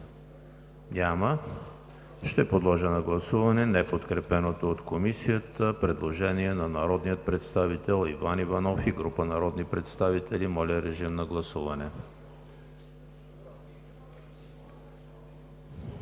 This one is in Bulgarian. Няма. Подлагам на гласуване неподкрепеното от Комисията предложение на народния представител Иван Иванов и група народни представители. Гласували